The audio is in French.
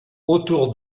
autour